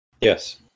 Yes